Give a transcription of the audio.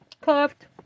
Cuffed